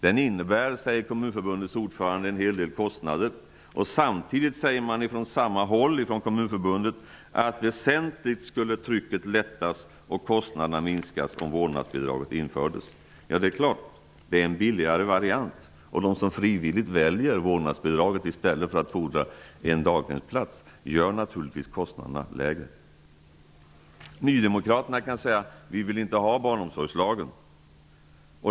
Den innebär, säger Kommunförbundets ordförande, en hel del kostnader. Samtidigt säger man från samma håll, från Kommunförbundet, att trycket skulle lättas väsentligt och kostnaderna minskas, om vårdnadsbidrag infördes. Ja, det är klart. Det är en billigare variant, och de som frivilligt väljer vårdnadsbidraget i stället för att fordra en daghemsplats gör naturligtvis kostnaderna lägre. Nydemokraterna kan säga: Vi vill inte ha barnomsorgslagen!